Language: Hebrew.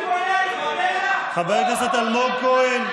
חבר הכנסת אלמוג כהן.